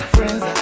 Friends